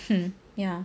um ya